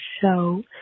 show